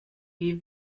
wie